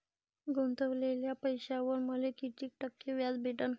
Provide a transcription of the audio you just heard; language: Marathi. गुतवलेल्या पैशावर मले कितीक टक्के व्याज भेटन?